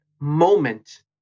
moment